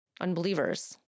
unbelievers